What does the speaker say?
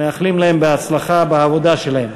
ומאחלים להם בהצלחה בעבודה שלהם.